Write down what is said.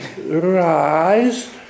rise